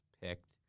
picked